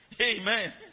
Amen